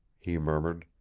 he murmured